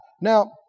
Now